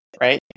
Right